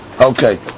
Okay